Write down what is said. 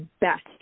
best